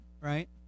right